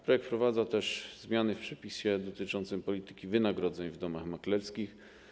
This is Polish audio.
Projekt wprowadza też zmiany w przepisie dotyczącym polityki wynagrodzeń w domach maklerskich.